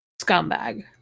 scumbag